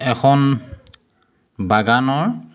এখন বাগানৰ